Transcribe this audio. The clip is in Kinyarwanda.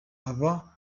aba